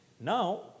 Now